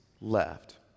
left